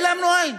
העלמנו עין.